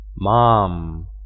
mom